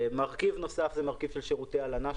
מרכיב נוסף הוא מרכיב של שירותי הלנה,